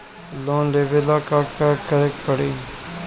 Loan लेवे ला का करे के पड़ी?